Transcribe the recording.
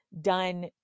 done